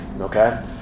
okay